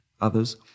others